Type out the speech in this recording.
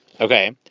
Okay